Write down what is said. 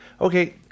Okay